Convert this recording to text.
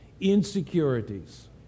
insecurities